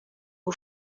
who